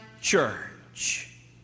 church